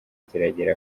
kiragera